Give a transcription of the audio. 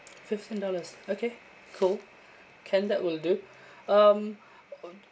fifteen dollars okay cool can that will do um